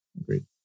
Agreed